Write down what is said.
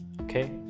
Okay